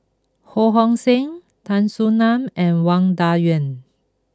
Ho Hong Sing Tan Soo Nan and Wang Dayuan